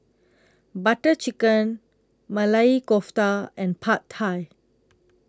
Butter Chicken Maili Kofta and Pad Thai